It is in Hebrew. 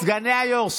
סגני היו"ר.